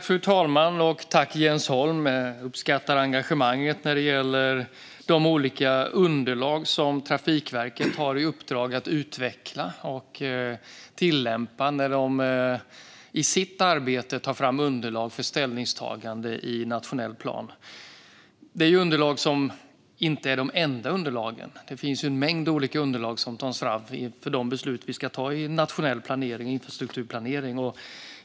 Fru talman! Jag uppskattar engagemanget när det gäller de olika underlag som Trafikverket har i uppdrag att utveckla och tillämpa när de i sitt arbete tar fram underlag för ställningstagande i nationell plan. Detta är inte de enda underlagen. Det tas fram en mängd olika underlag för de beslut vi ska ta i nationell infrastrukturplanering.